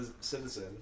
citizen